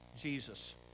Jesus